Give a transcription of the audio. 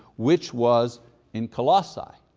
which was in colossae.